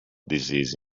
disease